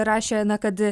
rašė na kad